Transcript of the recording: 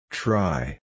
Try